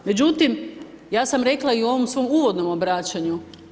Međutim, ja sam rekla i u ovom svom uvodnom obraćanju.